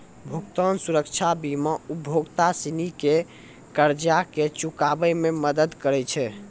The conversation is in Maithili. भुगतान सुरक्षा बीमा उपभोक्ता सिनी के कर्जा के चुकाबै मे मदद करै छै